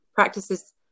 Practices